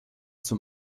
zum